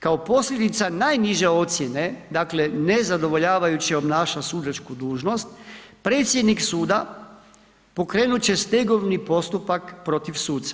Kao posljedica najniže ocijene, dakle, nezadovoljavajuće obnaša sudačku dužnost, predsjednik suda pokrenut će stegovni postupak protiv suca.